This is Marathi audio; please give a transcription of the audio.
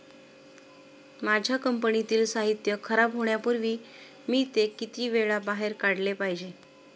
माझ्या कंपनीतील साहित्य खराब होण्यापूर्वी मी ते किती वेळा बाहेर काढले पाहिजे?